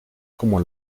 como